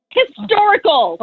historical